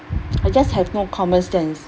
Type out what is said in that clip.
I just have no common sense